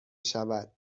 شود